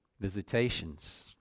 visitations